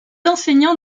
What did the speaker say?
enseignant